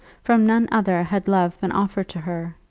from none other had love been offered to her.